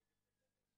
מאוד יפה.